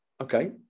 okay